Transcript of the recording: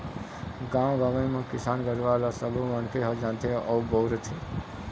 गाँव गंवई म किसान गुरूवा ल सबो मनखे ह जानथे अउ बउरथे